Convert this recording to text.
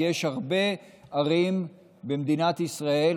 כי יש הרבה ערים במדינת ישראל,